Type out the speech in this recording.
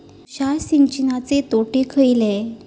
तुषार सिंचनाचे तोटे खयले?